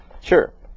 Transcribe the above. Sure